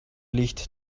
licht